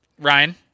Ryan